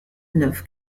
neuf